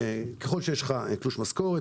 ככל שיש לך תלוש משכורת,